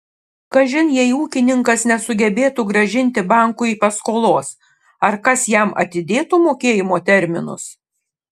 kažin jei ūkininkas nesugebėtų grąžinti bankui paskolos ar kas jam atidėtų mokėjimo terminus